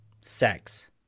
Sex